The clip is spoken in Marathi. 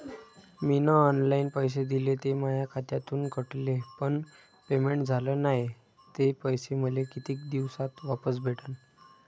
मीन ऑनलाईन पैसे दिले, ते माया खात्यातून कटले, पण पेमेंट झाल नायं, ते पैसे मले कितीक दिवसात वापस भेटन?